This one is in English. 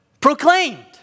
proclaimed